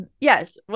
yes